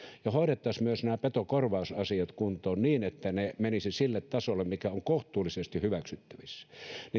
ja hoitaisimme myös nämä petokorvausasiat kuntoon niin että ne menisivät sille tasolle mikä on kohtuullisesti hyväksyttävissä